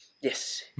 Yes